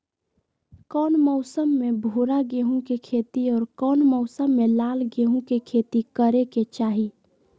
कौन मौसम में भूरा गेहूं के खेती और कौन मौसम मे लाल गेंहू के खेती करे के चाहि?